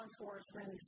enforcement